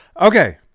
Okay